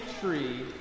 tree